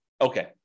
Okay